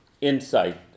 insight